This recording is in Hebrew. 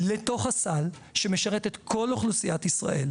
לתוך הסל שמשרת את כל אוכלוסיית ישראל.